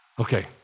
Okay